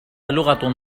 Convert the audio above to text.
لغة